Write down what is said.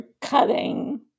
cutting